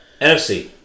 NFC